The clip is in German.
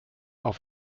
auf